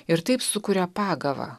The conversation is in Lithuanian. ir taip sukuria pagavą